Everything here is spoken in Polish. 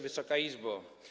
Wysoka Izbo!